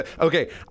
Okay